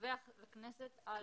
לדווח לכנסת על